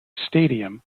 stadium